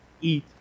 eat